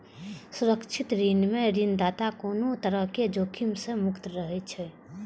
सुरक्षित ऋण मे ऋणदाता कोनो तरहक जोखिम सं मुक्त रहै छै